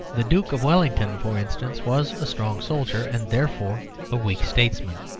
the duke of wellington, for instance, was a strong soldier and therefore a weak statesman.